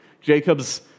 Jacob's